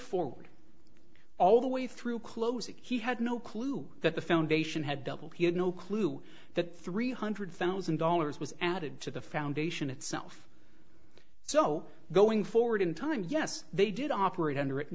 forward all the way through closing he had no clue that the foundation had doubled he had no clue that three hundred thousand dollars was added to the foundation itself so going forward in time yes they did operate under it